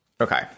Okay